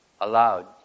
allowed